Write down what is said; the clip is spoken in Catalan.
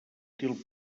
útil